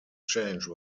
change